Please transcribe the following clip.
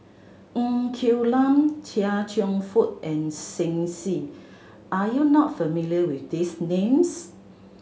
Ng Quee Lam Chia Cheong Fook and Shen Xi are you not familiar with these names